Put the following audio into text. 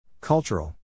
Cultural